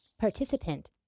participant